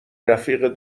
رفیق